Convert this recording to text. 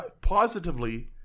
positively